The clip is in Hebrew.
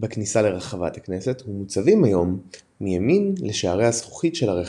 בכניסה לרחבת הכנסת ומוצבים היום מימין לשערי הזכוכית של הרחבה.